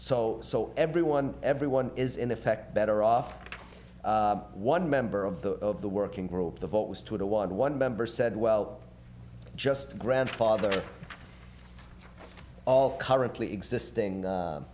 so so everyone everyone is in effect better off one member of the of the working group the vote was two to one one member said well just grandfather all currently existing